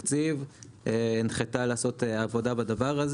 בתקציב, הנחתה לעשות עבודה בדבר הזה.